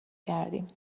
کردیم